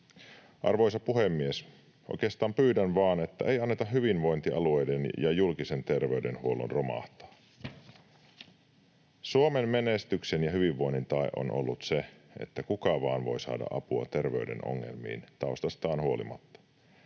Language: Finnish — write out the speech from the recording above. Arvoisa puhemies! Oikeastaan pyydän vain, että ei anneta hyvinvointialueiden ja julkisen terveydenhuollon romahtaa. Suomen menestyksen ja hyvinvoinnin tae on ollut se, että kuka vain voi saada apua terveyden ongelmiin taustastaan huolimatta.